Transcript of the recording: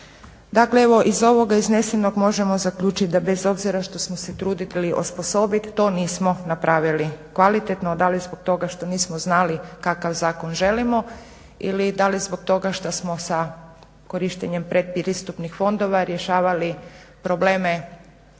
iz ovoga iznesenog možemo zaključiti da bez obzira što smo se trudili osposobit to nismo napravili kvalitetno. Da li zbog toga što nismo znali kakav zakon želimo ili da li zbog toga što smo sa korištenjem predpristupnih fondova rješavali probleme